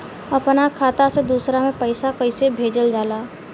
अपना खाता से दूसरा में पैसा कईसे भेजल जाला?